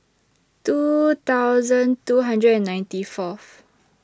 two thousand two hundred and ninety Fourth